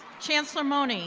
chancellor mone, and